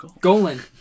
Golan